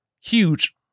huge